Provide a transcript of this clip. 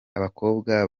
abakobwa